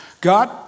God